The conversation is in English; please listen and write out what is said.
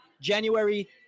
January